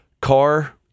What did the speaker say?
Car